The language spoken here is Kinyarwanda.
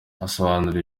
asobanura